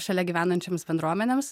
šalia gyvenančioms bendruomenėms